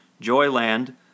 Joyland